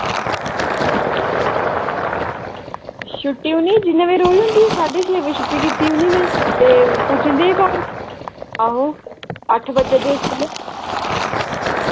छुट्टी उ'नें जिन्ने बजे रोज होंदी साढे छे बजे छुट्टी कीती उ'ने में ते पुज्जी जंदे घर आहो अट्ठ बज्जा दे इस बेल्लै